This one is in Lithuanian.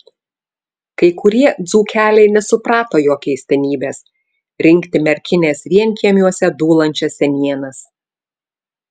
kai kurie dzūkeliai nesuprato jo keistenybės rinkti merkinės vienkiemiuose dūlančias senienas